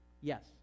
Yes